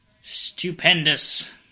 stupendous